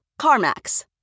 CarMax